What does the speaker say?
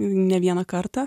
ne vieną kartą